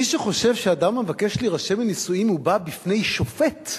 מי שחושב שאדם המבקש להירשם לנישואים הוא בא בפני שופט,